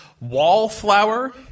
Wallflower